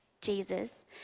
Jesus